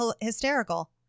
hysterical